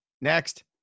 next